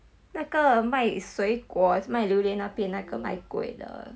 那个卖水果 is~ 买榴莲那边那个买 kueh 的